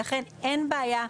ולכן אין בעיה.